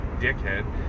dickhead